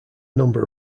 number